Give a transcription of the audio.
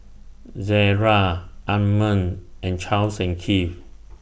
Zara Anmum and Charles and Keith